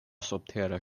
subtera